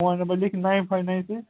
phone number لٮ۪کھِو nine five nine six